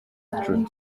straton